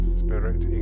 spirit